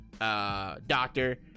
Doctor